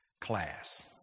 Class